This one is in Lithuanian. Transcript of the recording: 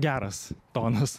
geras tonas